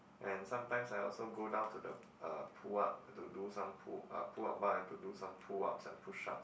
and sometimes I also go down to the uh pull up to do some pull up pull up bar and to do some pull ups and push ups